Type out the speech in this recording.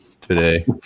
today